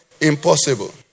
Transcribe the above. impossible